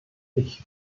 ich